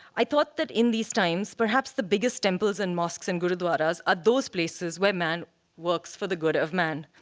i thought that in these times, perhaps the biggest temples and mosques and gurudwaras are those places where man looks for the good of man.